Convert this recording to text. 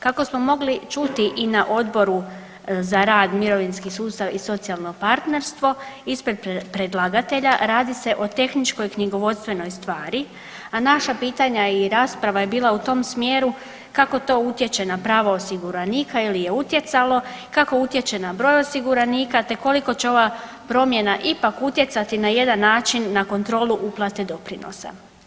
Kako smo mogli čuti i na Odboru za rad, mirovinski sustava i socijalno partnerstvo ispred predlagatelja radi se o tehničkoj knjigovodstvenoj stvari, a naša pitanja i rasprava je bila u tom smjeru kako to utječe na pravo osiguranika ili je utjecalo, kako utječe na broj osiguranika te koliko će ova promjena ipak utjecati na jedan način na kontrolu uplate doprinosa.